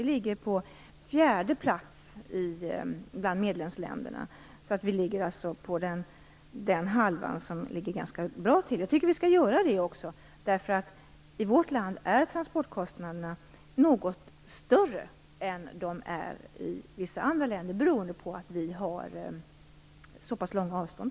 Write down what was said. Vi ligger på fjärde plats bland medlemsländerna. Vi håller oss alltså på den halva som ligger ganska bra till. Jag tycker att vi skall göra det också, därför att transportkostnaderna är något högre i vårt land än de är i vissa andra länder, beroende på att vi har så pass långa avstånd.